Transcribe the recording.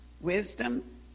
wisdom